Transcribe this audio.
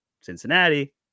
Cincinnati